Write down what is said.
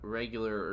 regular